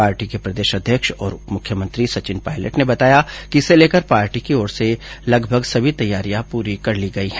party के प्रदेश अध्यक्ष और उपमुख्यमंत्री सचिन पायलट ने बताया कि इसे लेकर पार्टी की ओर तैयारियां लगभग पूरी कर ली गई हैं